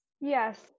Yes